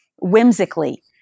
whimsically